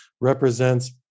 represents